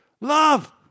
Love